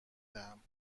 دهم